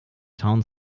town